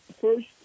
first